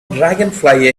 dragonfly